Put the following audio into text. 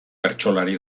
bertsolari